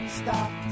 stop